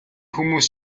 хүмүүс